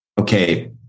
okay